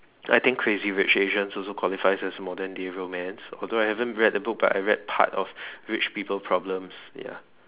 I think crazy rich Asians also qualifies as modern day romance although I haven't read the book but I read part of rich people problems ya